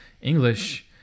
English